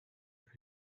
have